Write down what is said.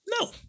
No